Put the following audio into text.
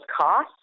cost